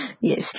Yes